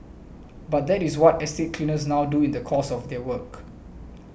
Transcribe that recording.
but that is what estate cleaners now do in the course of their work